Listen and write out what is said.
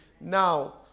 Now